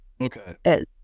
Okay